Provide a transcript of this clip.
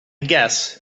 guess